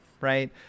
Right